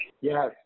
Yes